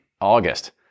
August